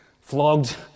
flogged